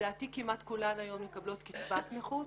לדעתי כמעט כולן היום מקבלות קצבת נכות,